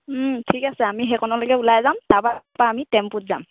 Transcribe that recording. ঠিক আছে আমি সেইকণলেকে ওলাই যাম তাৰ পৰা আমি টেম্পুত যাম